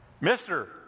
mister